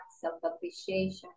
self-appreciation